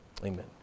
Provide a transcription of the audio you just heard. Amen